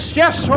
yes